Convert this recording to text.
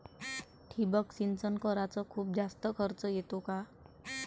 ठिबक सिंचन कराच खूप जास्त खर्च येतो का?